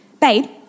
Babe